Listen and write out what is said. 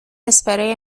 اسپری